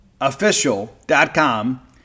official.com